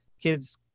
kids